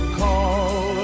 call